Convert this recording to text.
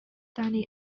dani